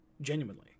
Genuinely